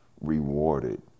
rewarded